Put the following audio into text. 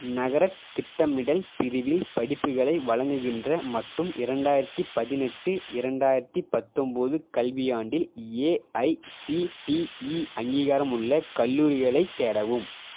நகரத் திட்டமிடல் பிரிவில் படிப்புகளை வழங்குகின்ற மற்றும் இரண்டாயிரத்தி பதினெட்டு இரண்டாயிரத்தி பத்தன்போது கல்வியாண்டில் ஏஐசிடிஇ அங்கீகாரமுள்ள கல்லூரிகளைத் தேடவும்